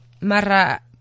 Mara